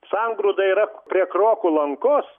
sangrūda yra prie krokų lankos